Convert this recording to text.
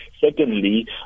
Secondly